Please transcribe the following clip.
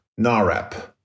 NAREP